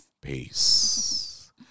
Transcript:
Peace